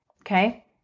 okay